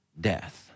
Death